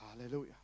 hallelujah